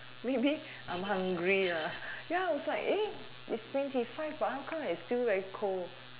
maybe I'm hungry lah ya I was like eh it's twenty five but how come I still very cold